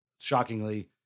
shockingly